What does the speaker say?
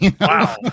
Wow